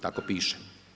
Tako piše.